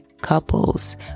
couples